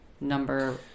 number